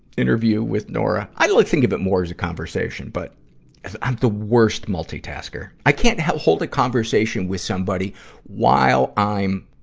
interview with nora. i think of it more as a conversation, but i'm the worst multi-tasker. i can't hold a conversation with somebody while i'm